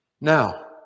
Now